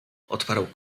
odparł